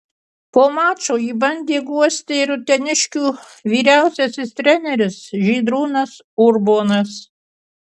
po mačo jį bandė guosti ir uteniškių vyriausiasis treneris žydrūnas urbonas